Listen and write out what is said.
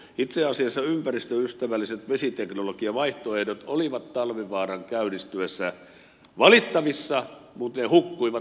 itse asiassa ympäristöystävälliset vesiteknologiavaihtoehdot olivat talvivaaran käynnistyessä valittavissa mutta ne hukkuivat ahneuden alle